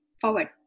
forward